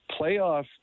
playoff